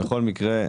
בכל מקרה,